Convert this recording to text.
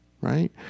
Right